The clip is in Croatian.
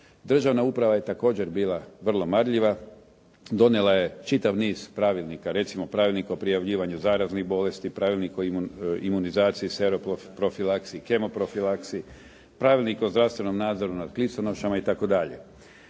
Državna uprava je također bila vrlo marljiva. Donijela je čitav niz pravilnika. Recimo, Pravilnik o prijavljivanju zaraznih bolesti, Pravilnik o imunizaciji, seroprofilaksiji, kemoprofilaksiji, Pravilnik o zdravstvenom nadzora nad kliconošama itd.